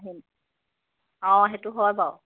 অঁ সেইটো হয় বাৰু